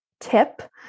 tip